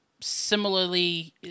similarly